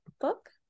book